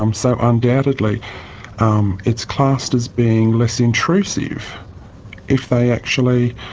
um so undoubtedly um it's classed as being less intrusive if they actually